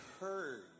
heard